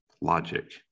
logic